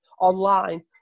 online